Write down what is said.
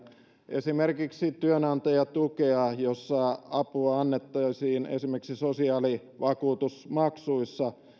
esimerkiksi työnantajatukea jossa apua annettaisiin esimerkiksi sosiaalivakuutusmaksuissa